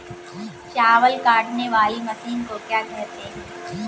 चावल काटने वाली मशीन को क्या कहते हैं?